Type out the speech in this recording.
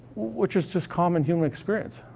which is just common human experience.